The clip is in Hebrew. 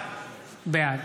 בעד